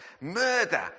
murder